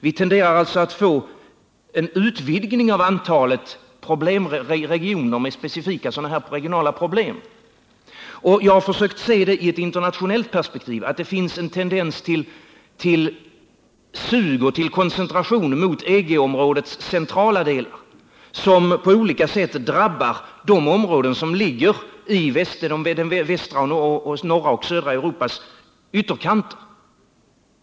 Vi tenderar alltså att få en utvidgning av regioner med specifika regionala problem av detta slag. Jag har försökt se detta i ett internationellt perspektiv, att det finns en tendens till ett sug och en koncentration mot EG-områdets centrala delar, som på olika sätt drabbar de områden som ligger i de västra, norra och södra delarna av Europas ytterkanter.